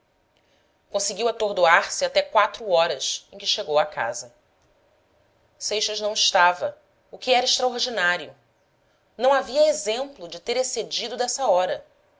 inquietações conseguiu atordoar se até quatro horas em que chegou a casa seixas não estava o que era extraordinário não havia exemplo de ter excedido dessa hora